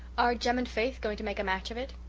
are jem and faith going to make a match of it?